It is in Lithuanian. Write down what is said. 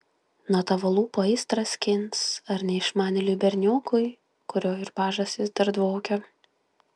nuo tavo lūpų aistrą skins ar neišmanėliui berniokui kurio ir pažastys dar dvokia